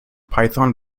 python